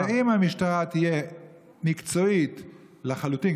ואם המשטרה תהיה מקצועית לחלוטין,